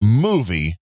movie